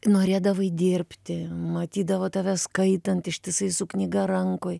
norėdavai dirbti matydavo tave skaitant ištisai su knyga rankoj